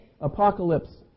Apocalypse